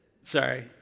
sorry